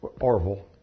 Orville